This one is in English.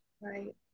right